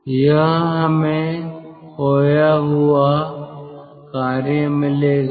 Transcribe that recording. तो यह हमें खोया हुआ कार्य मिलेगा